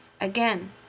Again